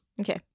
Okay